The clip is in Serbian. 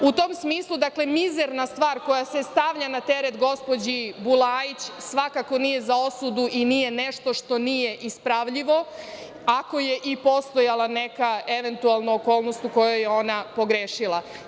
U tom smislu, dakle, mizerna stvar koja se stavlja na teret gospođi Bulajić svakako nije za osudu i nije nešto što nije ispravljivo, ako je i postojala neka eventualna okolnost u kojoj je ona pogrešila.